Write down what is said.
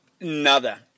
Nada